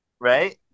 right